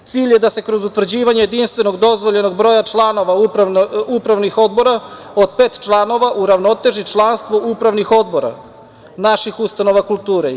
Cilj je da se kroz utvrđivanje jedinstvenog dozvoljenog broja članova upravnih odbora od pet članova uravnoteži članstvo upravnih odbora naših ustanova kulture.